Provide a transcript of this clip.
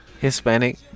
Hispanic